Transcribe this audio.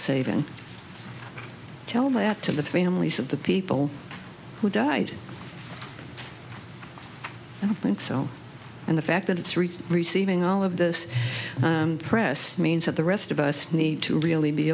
saving tell that to the families of the people who died i don't think so and the fact that it's reached receiving all all of this press means that the rest of us need to really be